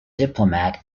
diplomat